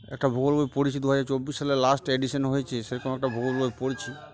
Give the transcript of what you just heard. একটা ভূগোল বই পড়েছি দু হাজার চব্বিশ সালে লাস্ট এডিশন হয়েছে সেরকম একটা ভূগোল বই পড়ছি